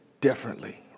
differently